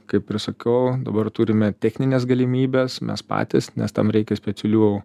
kaip ir sakau dabar turime technines galimybes mes patys nes tam reikia specialių